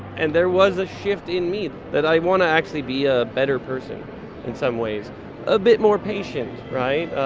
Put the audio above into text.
and there was a shift in me that i want to actually be a better person in some ways a bit more patient, right?